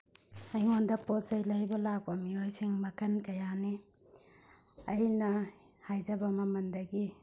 ꯑꯩꯉꯣꯟꯗ ꯄꯣꯠ ꯆꯩ ꯂꯩꯕ ꯂꯥꯛꯄ ꯃꯤꯑꯣꯏꯁꯤꯡ ꯃꯈꯜ ꯀꯌꯥꯅꯤ ꯑꯩꯅ ꯍꯥꯏꯖꯕ ꯃꯃꯜꯗꯒꯤ